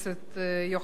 אבל הוא לא נמצא באולם.